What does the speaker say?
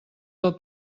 del